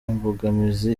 imbogamizi